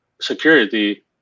security